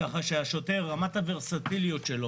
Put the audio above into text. כך שרמת הוורסטיליות של השוטר,